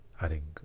adding